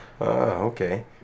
Okay